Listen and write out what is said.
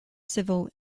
civil